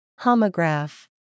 Homograph